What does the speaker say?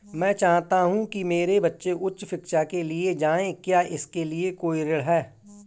मैं चाहता हूँ कि मेरे बच्चे उच्च शिक्षा के लिए जाएं क्या इसके लिए कोई ऋण है?